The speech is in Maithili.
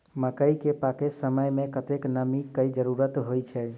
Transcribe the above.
मकई केँ पकै समय मे कतेक नमी केँ जरूरत होइ छै?